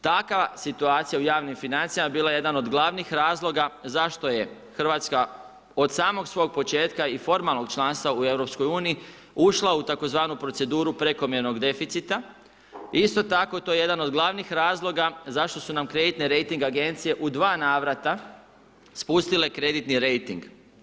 Takva situacija u javnim financijama bila je jedan od glavnih razloga zašto je Hrvatska od samog svog početka i formalnog članstva u EU ušla u tzv. proceduru prekomjernog deficita, isto tako to je jedan od glavnih razloga zašto su nam kreditne rejting agencije u 2 navrata spustile kreditni rejting.